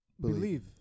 believe